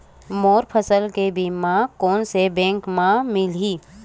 मोर फसल के बीमा कोन से बैंक म मिलही?